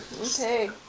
Okay